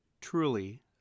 truly